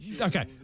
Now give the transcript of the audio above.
okay